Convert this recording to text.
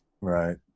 Right